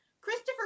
Christopher